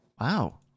Wow